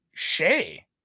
Shay